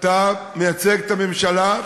אתה מייצג את הממשלה,